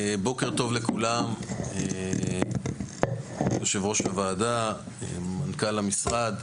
בוקר טוב לכולם, יושב-ראש הוועדה, מנכ"ל המשרד,